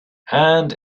and